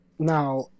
Now